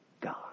God